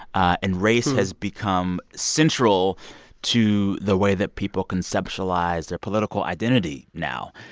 and race has become central to the way that people conceptualize their political identity now.